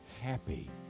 happy